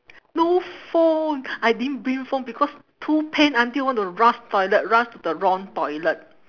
no phone I didn't bring phone because too pain until want to rush toilet rush to the wrong toilet